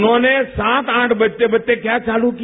उन्होंने सात आठ बजते बजते क्या चालू किया